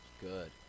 Good